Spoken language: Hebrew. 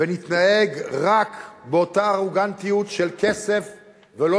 ונתנהג רק באותה ארוגנטיות של כסף ולא